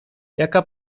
jaka